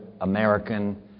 American